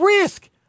risk